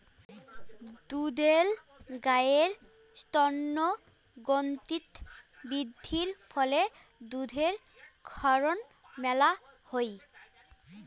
দুধেল গাইের স্তনগ্রন্থিত বৃদ্ধির ফলে দুধের ক্ষরণ মেলা হই